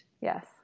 Yes